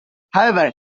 however